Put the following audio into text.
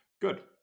Good